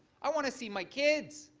i want to see my kids.